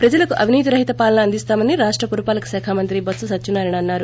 ప్రజలకు అవినీతి రహిత పాలన అందిస్తామని రాష్ట పురపాలక శాఖ మంత్రి బొత్స సత్యనారాయణ అన్నారు